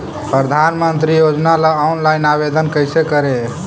प्रधानमंत्री योजना ला ऑनलाइन आवेदन कैसे करे?